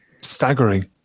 staggering